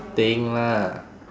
think lah